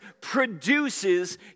produces